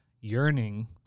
yearning